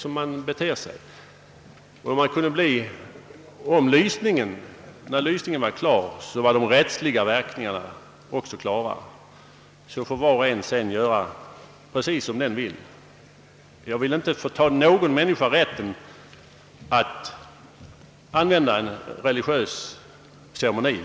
Om de rättsliga verkningarna bleve klara på samma gång som lysningen, kunde var och en göra efter behag och friheten skulle därför ökas. Jag vill givetvis inte förta någon människa rätten att använda en religiös ceremoni.